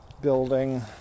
building